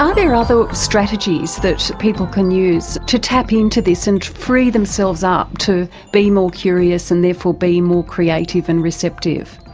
um there other strategies that people can use to tap into this and free themselves up to be more curious and therefore be more creative and receptive?